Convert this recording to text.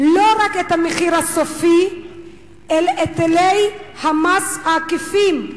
לא רק את המחיר הסופי אלא את היטלי המס העקיפים.